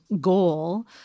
goal